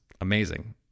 amazing